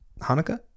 Hanukkah